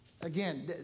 again